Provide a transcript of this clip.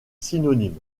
synonymes